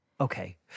Okay